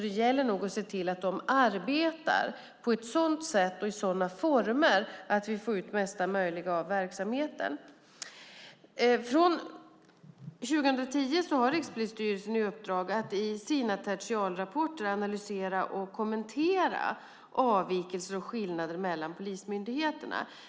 Det gäller nog att se till att de arbetar på ett sådant sätt och i sådana former att vi får ut mesta möjliga av verksamheten. Från 2010 har Rikspolisstyrelsen i uppdrag att i sina tertialrapporter analysera och kommentera avvikelser och skillnader mellan polismyndigheterna.